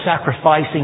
sacrificing